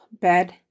bed